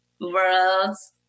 world's